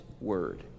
word